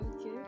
Okay